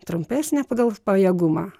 trumpesnę pagal pajėgumą